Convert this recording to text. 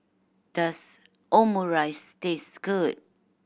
does Omurice taste good